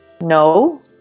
no